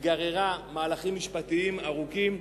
היא גררה מהלכים משפטיים ארוכים,